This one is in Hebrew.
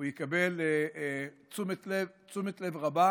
יקבל תשומת לב רבה.